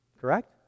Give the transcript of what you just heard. Correct